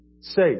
say